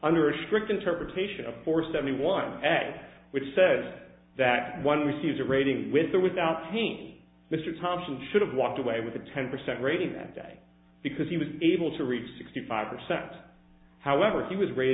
a strict interpretation of four seventy one ad which says that one receives a rating with or without me mr thomson should have walked away with a ten percent rating that day because he was able to reach sixty five percent however he was r